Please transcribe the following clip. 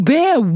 Bear